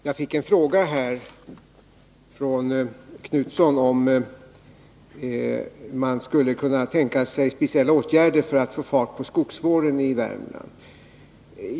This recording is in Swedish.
Fru talman! Göthe Knutson frågade om speciella åtgärder för att få fart på skogsvården i Värmland är tänkbara.